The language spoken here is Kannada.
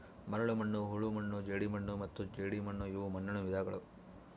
ಮರಳುಮಣ್ಣು ಹೂಳುಮಣ್ಣು ಜೇಡಿಮಣ್ಣು ಮತ್ತು ಜೇಡಿಮಣ್ಣುಇವು ಮಣ್ಣುನ ವಿಧಗಳು